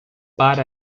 para